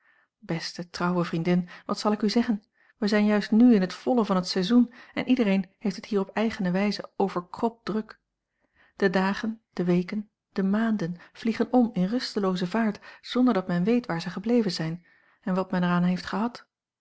beste trouwe vriendin wat zal ik u zeggen wij zijn juist n in het volle van het seizoen en iedereen heeft het hier op eigene wijze a l g bosboom-toussaint langs een omweg overkropt druk de dagen de weken de maanden vliegen om in rusteloozen vaart zonder dat men weet waar zij gebleven zijn en wat men er aan heeft gehad